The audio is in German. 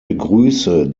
begrüße